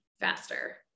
faster